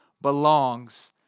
belongs